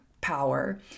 power